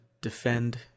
defend